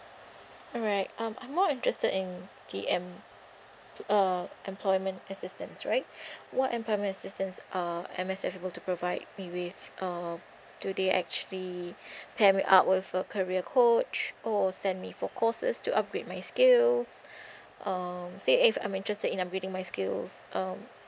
alright um I'm more interested in the em~ uh employment assistance right what employment assistance um M_S_F able to provide me with um do they actually pair me up with a career coach or send me for courses to upgrade my skills um say if I'm interested in uh building my skill um